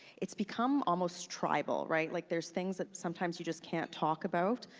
it's become almost tribal, right? like there's things that sometimes you just can't talk about,